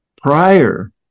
Prior